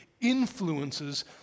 influences